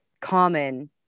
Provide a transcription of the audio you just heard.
common